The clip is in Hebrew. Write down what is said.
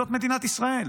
זאת מדינת ישראל.